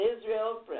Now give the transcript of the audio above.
Israel